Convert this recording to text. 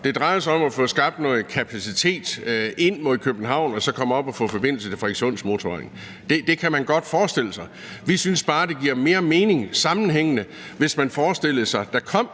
Det drejer sig om at få skabt noget kapacitet ind mod København og så komme op og få forbindelse til Frederikssundsmotorvejen. Det kan man godt forestille sig. Vi synes bare, at det sammenhængende giver mere mening, hvis man forestillede sig, at der kom